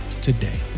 today